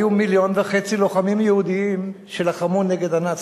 היו מיליון וחצי לוחמים יהודים שלחמו נגד הנאצים.